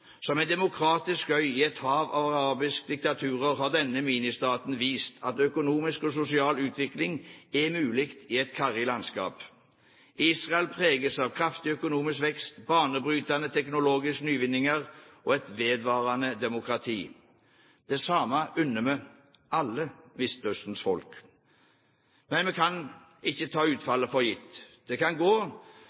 Som en demokratisk øy i et hav av arabiske diktaturer har denne ministaten vist at økonomisk og sosial utvikling er mulig i et karrig landskap. Israel preges av kraftig økonomisk vekst, banebrytende teknologiske nyvinninger og et vedvarende demokrati. Det samme unner vi alle Midtøstens folk. Men vi kan ikke ta utfallet for gitt. Det kan gå